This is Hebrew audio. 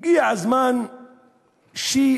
הגיע הזמן להיטיב,